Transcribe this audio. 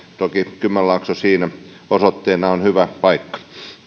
toki kymenlaakso siinä osoitteena on hyvä paikka